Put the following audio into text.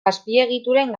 azpiegituren